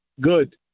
Good